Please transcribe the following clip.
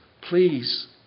please